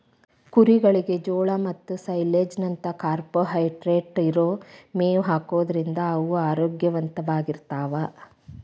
ಕುರಿಗಳಿಗೆ ಜೋಳ ಮತ್ತ ಸೈಲೇಜ್ ನಂತ ಕಾರ್ಬೋಹೈಡ್ರೇಟ್ ಇರೋ ಮೇವ್ ಹಾಕೋದ್ರಿಂದ ಅವು ಆರೋಗ್ಯವಂತವಾಗಿರ್ತಾವ